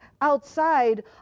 outside